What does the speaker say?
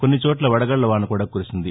కొన్ని చోట్ల వడగళ్ల వాన కూడా కురిసింది